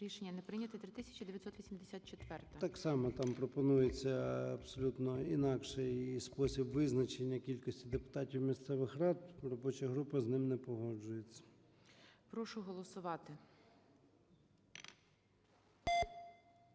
13:34:17 ЧЕРНЕНКО О.М. Так само, там пропонується абсолютно інакший спосіб визначення кількості депутатів місцевих рад. Робоча група з ним не погоджується. ГОЛОВУЮЧИЙ. Прошу голосувати.